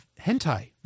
hentai